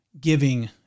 giving